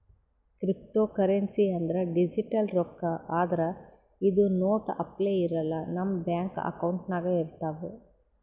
cryptocurrency ಅಂದ್ರ digital ರೊಕ್ಕಾ ಆದ್ರ್ ಇದು ನೋಟ್ ಅಪ್ಲೆ ಇರಲ್ಲ ನಮ್ ಬ್ಯಾಂಕ್ ಅಕೌಂಟ್ನಾಗ್ ಇರ್ತವ್